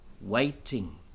Waiting